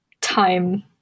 time